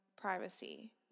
privacy